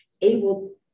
able